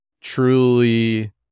truly